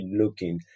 looking